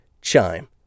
Chime